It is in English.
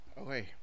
Okay